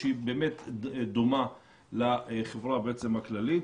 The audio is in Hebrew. שהיא באמת דומה לחברה הכללית.